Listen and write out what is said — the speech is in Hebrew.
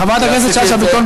חברת הכנסת שאשא ביטון,